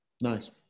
Nice